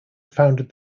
founded